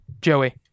Joey